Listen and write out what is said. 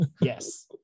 Yes